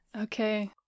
Okay